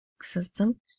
system